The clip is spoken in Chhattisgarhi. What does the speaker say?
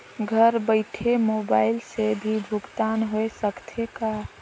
घर बइठे मोबाईल से भी भुगतान होय सकथे का?